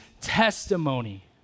testimony